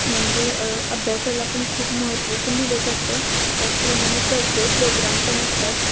म्हणजे अभ्यासाला पण खूप महत्त्व पण दिलं जातं त्याचप्रमाणे कल्चर प्रोग्राम पण असतात